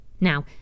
now